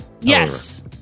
Yes